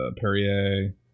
Perrier